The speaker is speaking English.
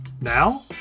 Now